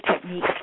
technique